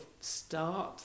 start